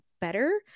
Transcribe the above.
better